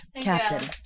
Captain